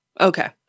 Okay